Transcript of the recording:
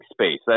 space